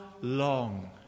long